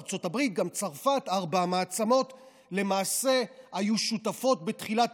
ארצות הברית וגם צרפת למעשה היו שותפות בתחילת